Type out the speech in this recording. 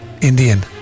Indian